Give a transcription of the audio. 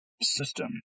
system